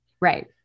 Right